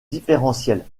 différentielles